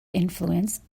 influence